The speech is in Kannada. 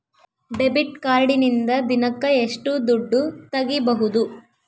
ಡೆಬಿಟ್ ಕಾರ್ಡಿನಿಂದ ದಿನಕ್ಕ ಎಷ್ಟು ದುಡ್ಡು ತಗಿಬಹುದು?